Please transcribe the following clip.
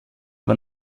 war